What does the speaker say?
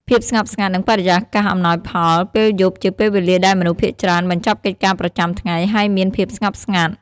ភាពស្ងប់ស្ងាត់ និងបរិយាកាសអំណោយផលពេលយប់ជាពេលវេលាដែលមនុស្សភាគច្រើនបញ្ចប់កិច្ចការប្រចាំថ្ងៃ ហើយមានភាពស្ងប់ស្ងាត់ ។